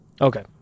Okay